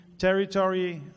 territory